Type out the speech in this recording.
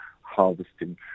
harvesting